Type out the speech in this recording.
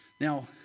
Now